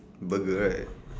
burger right